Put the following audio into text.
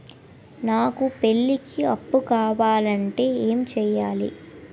నాకు పెళ్లికి అప్పు కావాలంటే ఏం చేయాలి?